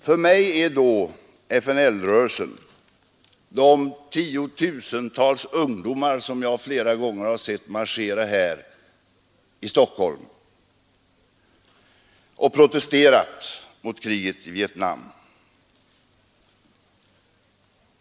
För mig är då FNL-rörelsen de tiotusentals ungdomar som jag flera gånger har sett marschera här i Stockholm för att protestera mot kriget i Vietnam.